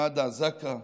למד"א, לזק"א,